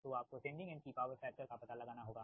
तो आपको sending end कि पावर फैक्टर का पता लगाना होगा